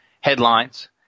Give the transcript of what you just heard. headlines